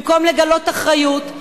במקום לגלות אחריות,